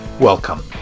Welcome